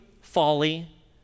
folly